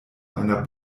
einer